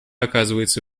оказывается